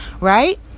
right